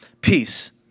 peace